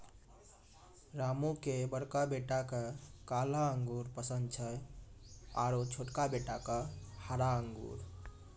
रामू के बड़का बेटा क काला अंगूर पसंद छै आरो छोटका बेटा क हरा अंगूर